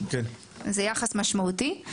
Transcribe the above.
אז זה יחס משמעותי.